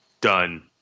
done